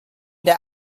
der